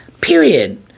period